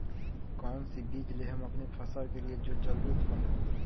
कौन सी बीज ले हम अपनी फसल के लिए जो जल्दी उत्पन हो?